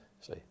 See